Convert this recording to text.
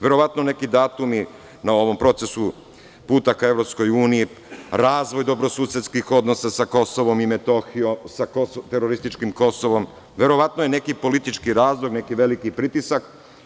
Verovatno neki datumi na ovom procesu puta ka EU, razvoj dobrosusedskih odnosa sa Kosovom i Metohijom, sa terorističkim Kosovom, verovatno je neki politički razlog, neki veliki pritisak.